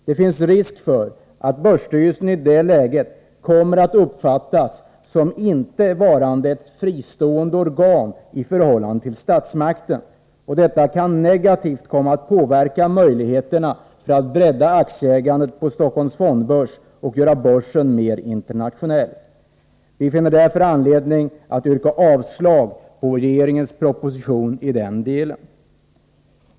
Det finns risk för att börsstyrelsen i det läget kommer att uppfattas som inte varande ett fristående organ i förhållande till statsmakten, och detta kan komma att negativt påverka möjligheterna att bredda aktieägandet på Stockholms fondbörs och göra börsen mer internationell. Vi finner därför anledning att yrka avslag på regeringens proposition i den delen.